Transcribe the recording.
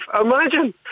Imagine